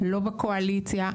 לא בקואליציה,